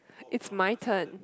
it's my turn